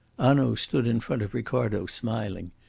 hanaud stood in front of ricardo, smiling.